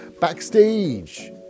backstage